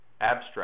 abstract